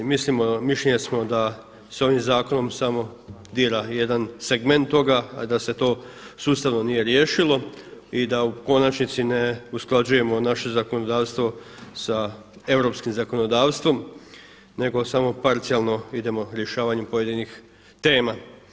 Mišljenja smo da se ovim zakonom dira jedan segment toga, a da se to sustavno nije riješilo i da u konačnici ne usklađujemo naše zakonodavstvo sa europskim zakonodavstvom nego samo parcijalno idemo rješavanjem pojedinih tema.